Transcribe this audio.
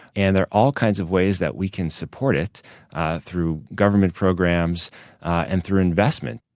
and there are all kinds of ways that we can support it through government programs and through investment.